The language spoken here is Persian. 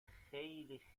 خیلی